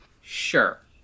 Sure